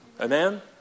Amen